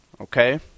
Okay